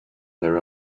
their